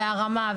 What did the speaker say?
והרמה,